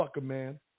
man